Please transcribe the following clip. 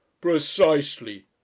Precisely